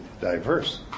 diverse